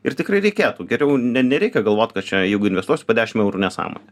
ir tikrai reikėtų geriau nereikia galvot kad čia jeigu investuosiu po dešim eurų nesąmonė